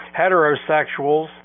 heterosexuals